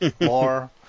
more